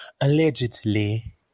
allegedly